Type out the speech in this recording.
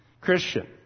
Christian